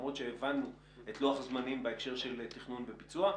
למרות שהבנו את לוח הזמנים בהקשר של תכנון וביצוע.